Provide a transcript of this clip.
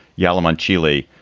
yellowman sheely,